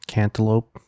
Cantaloupe